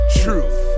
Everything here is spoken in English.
truth